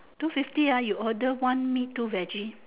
two fifty ah you order one meat two veggie